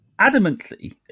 adamantly